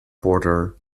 border